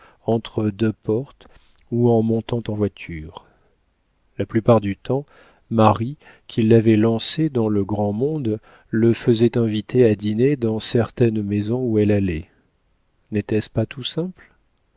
entre deux portes ou en montant en voiture la plupart du temps marie qui l'avait lancé dans le grand monde le faisait inviter à dîner dans certaines maisons où elle allait n'était-ce pas tout simple